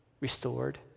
restored